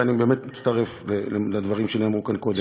ואני באמת מצטרף לדברים שנאמרו כאן קודם,